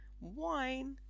wine